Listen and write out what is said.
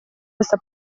questa